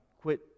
quit